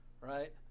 right